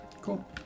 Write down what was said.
Cool